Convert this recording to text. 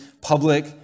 public